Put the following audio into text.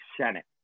senate